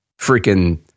freaking